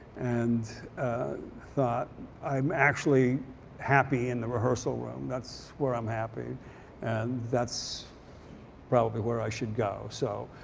and thought i'm actually happy in the rehearsal room. that's where i'm happy and that's probably where i should go. so,